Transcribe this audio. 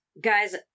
Guys